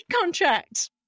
contract